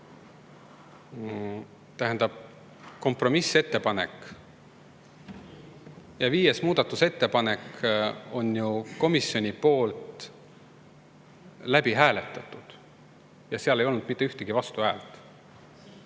Tähendab, kompromissettepanek, viies muudatusettepanek on komisjonis läbi hääletatud ja seal ei olnud mitte ühtegi vastuhäält.